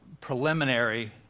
preliminary